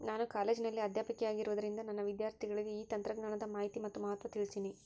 ನಾನು ಕಾಲೇಜಿನಲ್ಲಿ ಅಧ್ಯಾಪಕಿಯಾಗಿರುವುದರಿಂದ ನನ್ನ ವಿದ್ಯಾರ್ಥಿಗಳಿಗೆ ಈ ತಂತ್ರಜ್ಞಾನದ ಮಾಹಿನಿ ಮತ್ತು ಮಹತ್ವ ತಿಳ್ಸೀನಿ